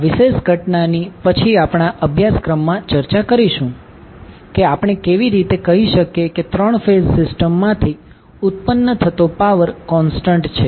આ વિશેષ ઘટનાની પછી આપણા અભ્યાસક્રમમાં ચર્ચા કરીશું કે આપણે કેવી રીતે કહી શકીએ કે 3 ફેઝ સિસ્ટમ માંથી ઉત્પન્ન થતો પાવર કોન્સ્ટન્ટ છે